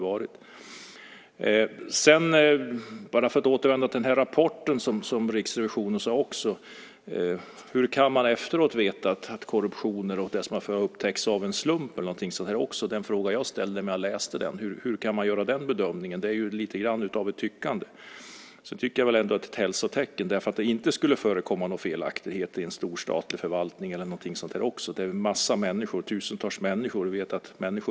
Jag ska återvända till rapporten från Riksrevisionen. Hur kan man efteråt veta att det som har upptäckts av en slump är korruption? Det är en fråga som jag ställde mig när jag läste rapporten. Hur kan man göra den bedömningen? Jag tycker att detta är lite grann av ett tyckande. Man ska ju inte tro att det inte förekommer några felaktigheter i en stor statlig förvaltning där tusentals människor som är olika finns.